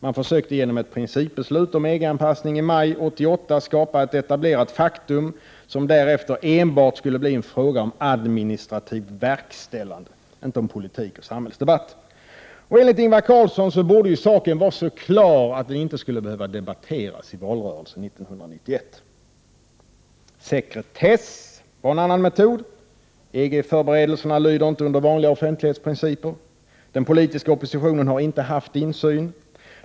Man försökte genom ett principbeslut om EG-anpassning i maj 1988 skapa ett etablerat faktum, som därefter enbart skulle bli en fråga om administrativt verkställande, inte om politik och samhällsdebatt. Enligt Ingvar Carlsson borde saken vara så klar att den inte ens skulle behöva debatteras i valrörelsen 1991. Den andra pelaren gäller sekretess. EG-förberedelserna lyder inte under vanliga offentlighetsprinciper. Den politiska oppositionen har inte haft insyn.